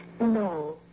no